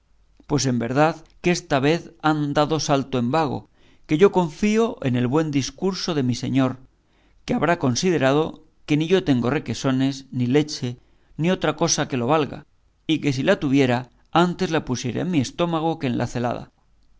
pues en verdad que esta vez han dado salto en vago que yo confío en el buen discurso de mi señor que habrá considerado que ni yo tengo requesones ni leche ni otra cosa que lo valga y que si la tuviera antes la pusiera en mi estómago que en la celada